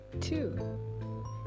two